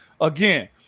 Again